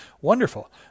Wonderful